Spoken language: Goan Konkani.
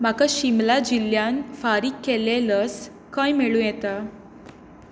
म्हाका शिमला जिल्ल्यांत फारीक केल्लें लस खंय मेळूं येता